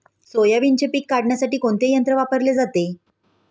सोयाबीनचे पीक काढण्यासाठी कोणते यंत्र वापरले जाते?